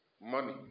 money